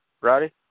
Roddy